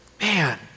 man